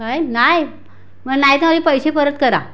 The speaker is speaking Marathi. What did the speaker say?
काय नाही मग नाही तर माझे पैसे परत करा